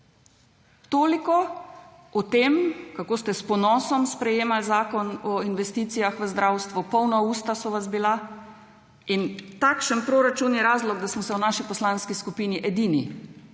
Toliko o tem, kako ste s ponosom sprejemali zakon o investicijah v zdravstvo, polna usta so vas bila in takšen proračun je razlog, da smo se v naši poslanski skupini edini